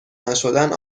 نشدن